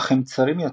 אך הם צרים יותר,